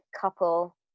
couple